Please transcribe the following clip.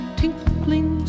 tinkling